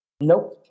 Nope